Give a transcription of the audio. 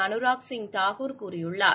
அனுராக் சிப் தாகூர் கூறியுள்ளார்